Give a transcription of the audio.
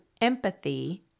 empathy